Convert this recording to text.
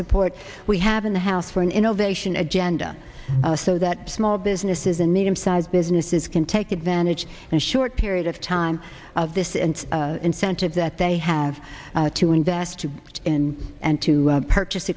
support we have in the house for an innovation agenda so that small businesses and medium sized businesses can take advantage and short period of time of this and incentive that they have to invest in and to purchase